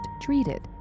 treated